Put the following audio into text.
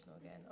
again